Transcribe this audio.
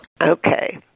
Okay